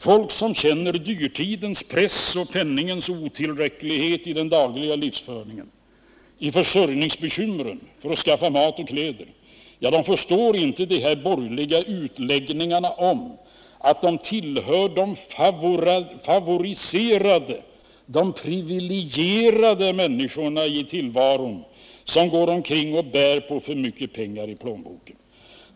Folk som känner dyrtidens press och penningens otillräcklighet i den dagliga livsföringen, i försörjningsbekymren för att skaffa mat och kläder förstår inte de borgerliga utläggningarna om att de tillhör de favoriserade, de privilegierade människorna i tillvaron som går omkring och bär på för mycket pengari plånboken.